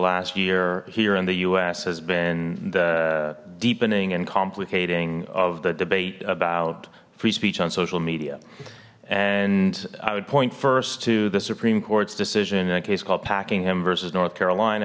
last year here in the us has been the deepening and complicating of the debate about free speech on social media and i would point first to the supreme court's decision in a case called packing him versus north carolina